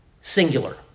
singular